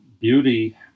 Beauty